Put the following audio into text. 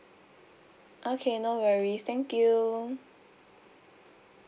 okay no worries thank you